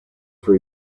for